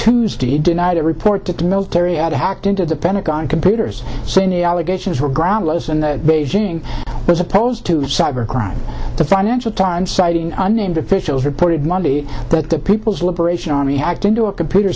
tuesday denied a report that the military had hacked into the pentagon computers sending allegations were groundless beijing was opposed to cybercrime the financial times citing unnamed officials reported monday that the people's liberation army hacked into a computer